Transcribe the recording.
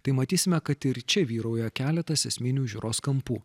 tai matysime kad ir čia vyrauja keletas esminių žiūros kampų